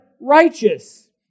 righteous